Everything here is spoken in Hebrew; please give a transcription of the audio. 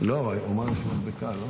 לא, הוא אמר שיש מדבקה, לא?